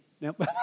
Nope